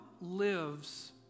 lives